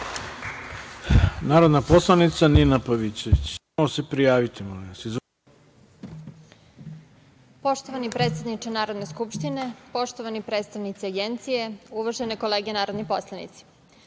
Hvala. Narodna poslanica Nina Pavićević ima reč. **Nina Pavićević** Poštovani predsedniče Narodne skupštine, poštovani predstavnici agencija, uvažene kolege narodni poslanici,